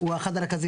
הוא אחד הרכזים.